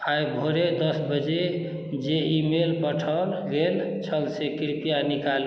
आइ भोरे दस बजे जे ईमेल पठाओल गेल छल से कृपया निकालू